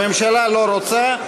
הממשלה לא רוצה.